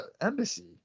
embassy